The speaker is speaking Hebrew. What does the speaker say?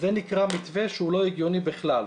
זה נקרא מתווה שהוא לא הגיוני בכלל,